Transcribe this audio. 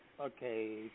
Okay